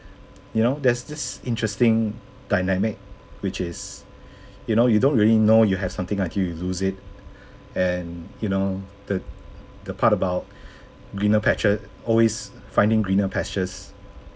you know there's this interesting dynamic which is you know you don't really know you have something until you lose it and you know the the part about greener pastures always finding greener pastures